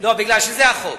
לא, כי זה החוק,